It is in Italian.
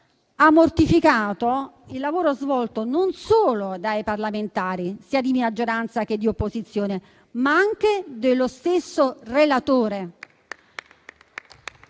ha mortificato il lavoro svolto non solo dai parlamentari sia di maggioranza, sia di opposizione, ma anche dello stesso relatore.